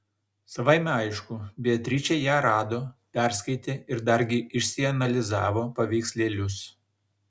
savaime aišku beatričė ją rado perskaitė ir dargi išsianalizavo paveikslėlius